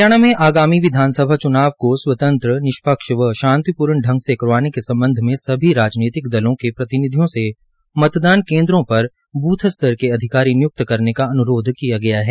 हरियाणा में आगामी विधानसभा च्नाव को स्वतंत्र निष्पक्ष व शांतिपूर्ण ढंग से करवाने के सम्बध में सभी राजनीतिक दलों के प्रतिनिधियों से मतदान केन्द्रों पर ब्थ स्तर के अधिकारी निय्क्त करने का अन्रोध किया गया है